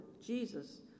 Jesus